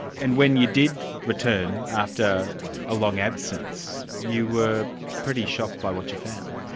and when you did return, after a long absence, you were pretty shocked by what you found.